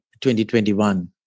2021